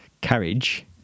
carriage